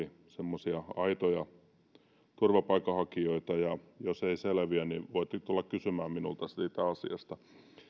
semmoisia aitoja turvapaikanhakijoita ja jos ei selviä niin voitte tulla kysymään minulta siitä asiasta